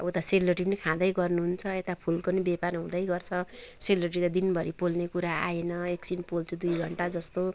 अब उता सेलरोटी पनि खाँदै गर्नुहुन्छ यता फुलको नि व्यापार हुँदैगर्छ सेलरोटी त दिनभरि पोल्ने कुरा आएन एकछिन पोल्छु दुई घन्टा जस्तो